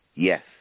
Yes